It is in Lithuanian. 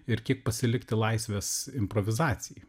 ir kiek pasilikti laisvės improvizacijai